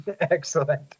Excellent